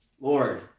lord